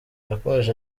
yakomeje